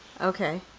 okay